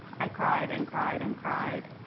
i cried and cried and cried.